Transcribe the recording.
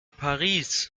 paris